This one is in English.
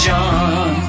John